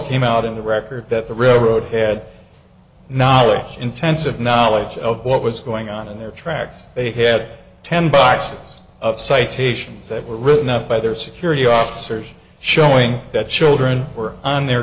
came out in the record that the railroad had knowledge intensive knowledge of what was going on in their tracks they had ten boxes of citations that were written up by their security officers showing that children were on their